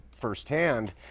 firsthand